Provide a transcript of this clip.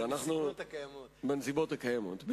בנסיבות הקיימות.